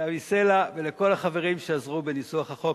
תמי סלע וכל החברים שעזרו בניסוח החוק.